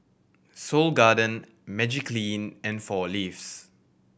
Seoul Garden Magiclean and Four Leaves